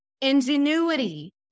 ingenuity